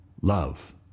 Love